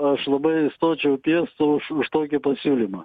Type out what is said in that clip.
aš labai stočiau piestu už už tokį pasiūlymą